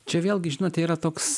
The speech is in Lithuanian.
čia vėlgi žinote yra toks